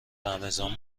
رمضان